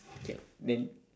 okay then